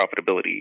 profitability